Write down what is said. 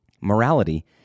Morality